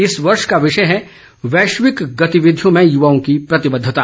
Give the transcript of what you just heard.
इस वर्ष का विषय ँ है वैश्विक गतिविधियों में युवाओं की प्रतिबद्धता